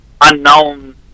unknown